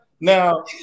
Now